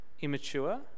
immature